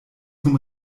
zum